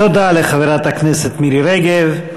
תודה לחברת הכנסת מירי רגב.